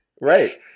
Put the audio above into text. Right